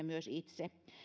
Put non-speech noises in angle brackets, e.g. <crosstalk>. <unintelligible> myös me itse